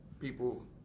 people